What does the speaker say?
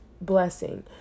blessing